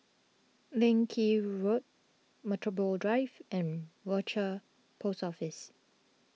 Leng Kee Road Metropole Drive and Rochor Post Office